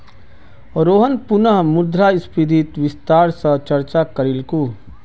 रोहन पुनः मुद्रास्फीतित विस्तार स चर्चा करीलकू